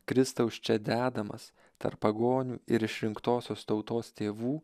kristaus čia dedamas tarp pagonių ir išrinktosios tautos tėvų